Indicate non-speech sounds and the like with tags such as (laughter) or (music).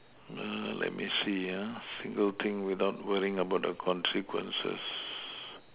(noise) let me see ya single thing without worrying about the consequences